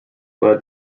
led